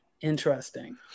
interesting